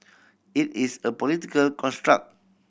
it is a political construct